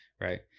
Right